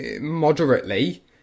moderately